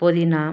புதினா